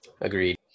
Agreed